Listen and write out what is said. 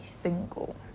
single